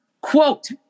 Quote